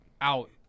out